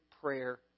prayer